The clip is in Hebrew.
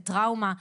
לטראומה,